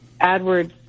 AdWords